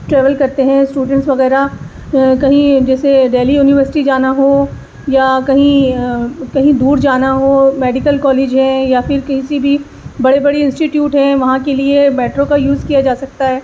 travel کرتے ہیں students وغیرہ کہیں جیسے دہلی یونیورسٹی جانا ہو یا کہیں کہیں دور جانا ہو میڈیکل کالج ہیں یا پھر کسی بھی بڑی بڑی انسٹیٹیوٹ ہیں وہاں کے لیے میٹرو کا یوز کیا جا سکتا ہے